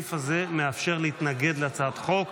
הסעיף הזה מאפשר להתנגד להצעת חוק.